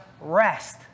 rest